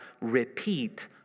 repeat